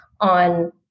on